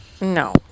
No